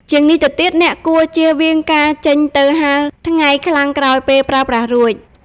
ជាងនេះទៅទៀត អ្នកគួរចៀសវាងការចេញទៅហាលថ្ងៃខ្លាំងក្រោយពេលប្រើប្រាស់រួច។